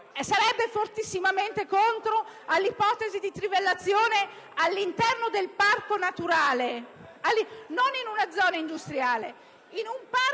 sarebbe fortissimamente contraria all'ipotesi di trivellazione all'interno del parco naturale, non in una zona industriale.